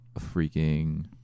freaking